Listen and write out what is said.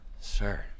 sir